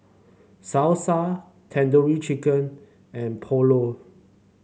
Salsa Tandoori Chicken and Pulao